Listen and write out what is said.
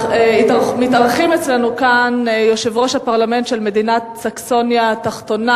מתארחים אצלנו כאן יושב-ראש הפרלמנט של מדינת סקסוניה התחתונה.